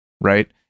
right